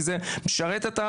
כי זה משרת את,